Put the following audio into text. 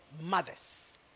mothers